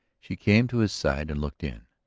she came to his side and looked in.